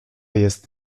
jest